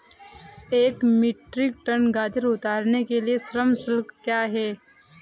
एक metric tonne गाजर उतारने के लिए श्रम शुल्क क्या है?